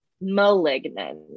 Malignant